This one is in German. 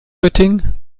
göttingen